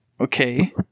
Okay